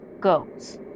goes